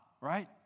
right